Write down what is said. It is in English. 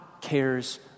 cares